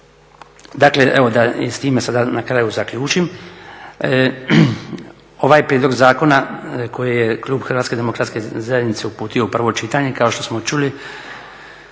Dakle evo da i s time sada na kraju zaključim. Ovaj prijedlog zakona koji je klub Hrvatske demokratske zajednice uputio u prvo čitanje kao što smo čuli